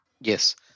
Yes